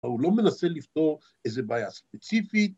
הוא לא מנסה לפתור איזה בעיה ספציפית